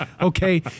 okay